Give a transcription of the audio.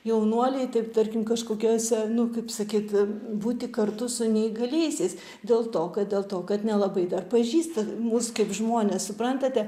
jaunuoliai taip tarkim kažkokiose nu kaip sakyt būti kartu su neįgaliaisiais dėl to kad dėl to kad nelabai dar pažįsta mus kaip žmones suprantate